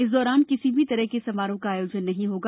इस दौरान किसी भी तरह के समारोह का आयोजन नहीं होगा